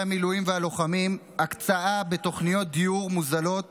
המילואים והלוחמים הקצאה בתוכניות דיור מוזלות